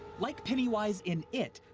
like pennywise in it,